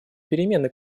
перемены